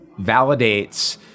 Validates